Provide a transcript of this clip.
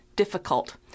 difficult